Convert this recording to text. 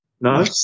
No